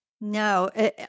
No